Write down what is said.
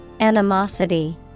Animosity